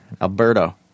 Alberto